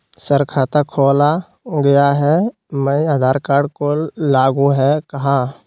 Sir खाता खोला गया मैं आधार कार्ड को लागू है हां?